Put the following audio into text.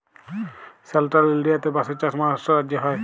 central ইলডিয়াতে বাঁশের চাষ মহারাষ্ট্র রাজ্যে হ্যয়